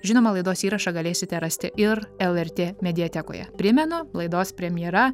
žinoma laidos įrašą galėsite rasti ir lrt mediatekoje primenu laidos premjera